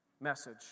message